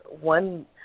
one